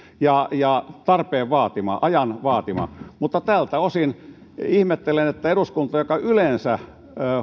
ja ja tarpeen vaatima ajan vaatima mutta tältä osin ihmettelen miksi eduskunta joka yleensä